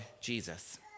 Jesus